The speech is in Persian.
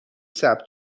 ثبت